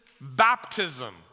baptism